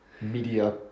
media